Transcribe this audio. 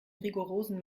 rigorosen